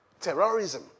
terrorism